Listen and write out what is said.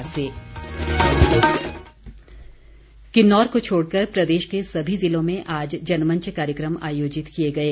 जनमंच किन्नौर को छोड़ कर प्रदेश के सभी जिलों में आज जनमंच कार्यक्रम आयोजित किए गए